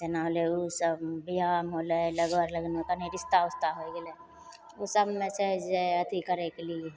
जेना होलै ओसब बिआह होलै लगन उगन कनि रिश्ता उश्ता होइ गेलै ओसबमे छै जे अथी करैके लिए